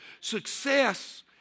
Success